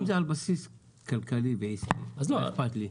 אם זה על בסיס כלכלי ועסקי, לא היה אכפת לי.